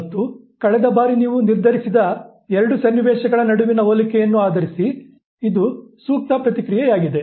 ಮತ್ತು ಕಳೆದ ಬಾರಿ ನೀವು ನಿರ್ಧರಿಸಿದ ಎರಡು ಸನ್ನಿವೇಶಗಳ ನಡುವಿನ ಹೋಲಿಕೆಯನ್ನು ಆಧರಿಸಿ ಇದು ಸೂಕ್ತ ಪ್ರತಿಕ್ರಿಯೆಯಾಗಿದೆ